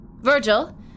Virgil